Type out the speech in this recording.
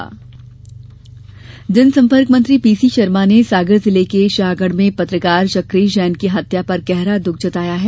पत्रकार हत्या जनसम्पर्क मंत्री पीसी शर्मा ने सागर जिले के शाहगढ़ में पत्रकार चक्रेश जैन की हत्या पर गहरा दुख जताया है